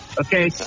Okay